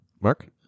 Mark